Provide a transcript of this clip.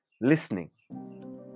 listening